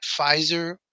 Pfizer